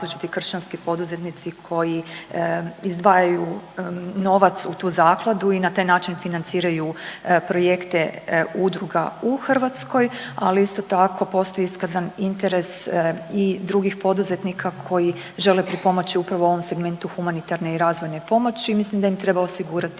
različiti kršćanski poduzetnici koji izdvajaju novac u zakladu i na taj način financiraju projekte udruga u Hrvatskoj, ali isto tako postoji iskazan interes i drugih poduzetnika koji žele pripomoći upravo ovom segmentu humanitarne i razvojne pomoći. Mislim da im treba osigurati